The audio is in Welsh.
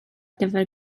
gyfer